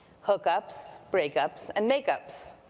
hook ups break ups and make ups.